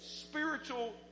spiritual